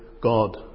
God